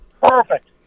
perfect